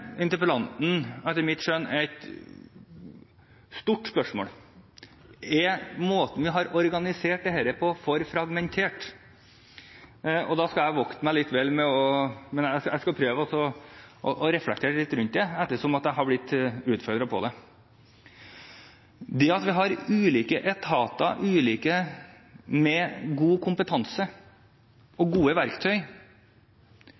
interpellanten etter mitt skjønn et stort spørsmål: Er måten vi har organisert dette på, for fragmentert? Jeg skal prøve å reflektere litt rundt dette, ettersom jeg har blitt utfordret til det: Til dette at vi har ulike etater med god kompetanse og gode verktøy,